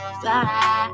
fly